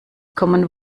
common